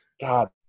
God